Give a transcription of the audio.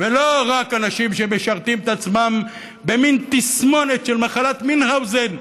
ולא רק אנשים שמשרתים את עצמם במין תסמונת של מחלת מינכהאוזן,